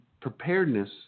preparedness